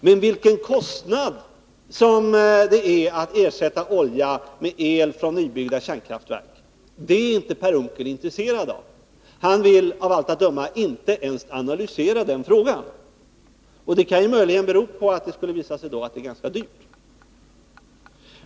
Men vilken kostnad det innebär att ersätta olja med el från nybyggda kärnkraftverk är han inte intresserad av. Han vill av allt att döma inte ens analysera den frågan. Den kan möjligen bero på att hans alternativ kan visa sig vara ganska dyrt.